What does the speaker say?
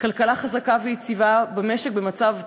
כלכלה חזקה ויציבה במשק במצב טוב,